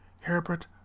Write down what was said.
herbert